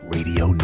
Radio